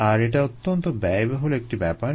আর এটা অত্যন্ত ব্যয়বহুল একটি ব্যাপার